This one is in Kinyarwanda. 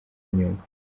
nyungwe